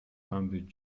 founded